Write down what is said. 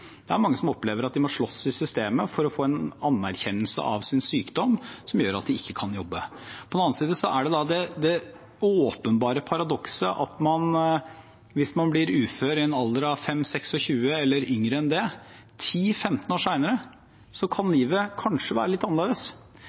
Det er mange som opplever at de må slåss med systemet for å få en anerkjennelse av sin sykdom, som gjør at de ikke kan jobbe. På den andre siden er det åpenbare paradokset at hvis man blir ufør i en alder av 25–26 eller yngre enn det, kan livet 10–15 år senere kanskje være litt annerledes.